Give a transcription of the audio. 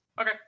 Okay